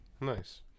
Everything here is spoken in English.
Nice